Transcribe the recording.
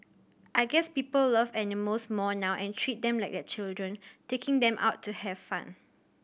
I guess people love animals more now and treat them like their children taking them out to have fun